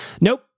nope